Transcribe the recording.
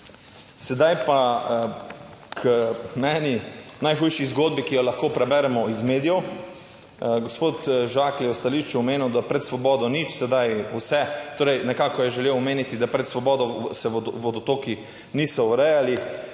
Sedaj pa k meni najhujši zgodbi, ki jo lahko preberemo iz medijev. Gospod Žakelj je v stališču omenil, da pred Svobodo nič, sedaj vse. Torej nekako je želel omeniti, da pred Svobodo se vodotoki niso urejali.